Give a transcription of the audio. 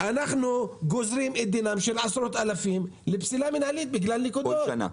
אנחנו גוזרים את דינם של עשרות אלפים לפסילה מינהלית בגלל נקודות.